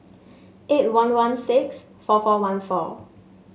eight one one six four four one four